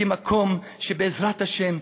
כמקום שבעזרת השם,